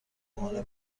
مودبانه